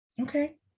Okay